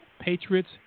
Patriots